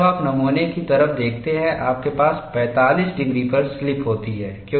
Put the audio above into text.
और जब आप नमूने की तरफ देखते हैं आपके पास 45 डिग्री पर स्लिप होती है